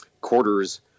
quarters